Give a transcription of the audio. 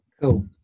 Cool